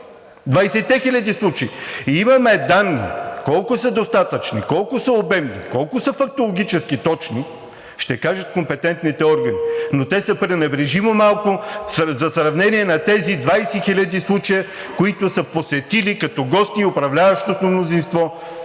хиляди случая! И имаме данни – колко са достатъчни, колко са обемни, колко са фактологически точни, ще кажат компетентните органи, но те са пренебрежимо малко за сравнение на тези 20 хиляди случая, които са посетили като гости, и управляващото мнозинство,